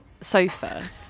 sofa